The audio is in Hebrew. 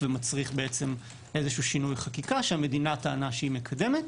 ומצריך איזשהו שינוי חקיקה שהמדינה טענה שהיא מקדמת.